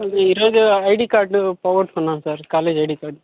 ఈరోజు ID card పోగొట్టుకున్నాను sir college ID card